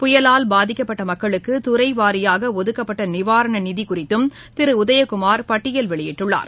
புயலினால் பாதிக்கப்பட்டமக்களுக்குதுறைவாரியாகஒதுக்கப்பட்டநிவாரணநிதிகுறித்தும் திருஉதயகுமார் பட்டியல் வெளியிட்டுள்ளார்